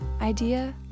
idea